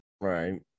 Right